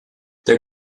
der